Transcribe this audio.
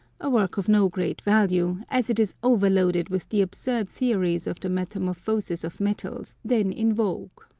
a work of no great value, as it is overloaded with the absurd theories of the metamorphosis of metals then in vogue.